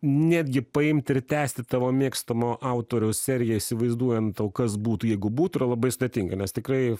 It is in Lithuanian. netgi paimti ir tęsti tavo mėgstamo autoriaus seriją įsivaizduojant o kas būtų jeigu būtų yra labai sudėtinga nes tikrai